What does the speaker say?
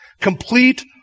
Complete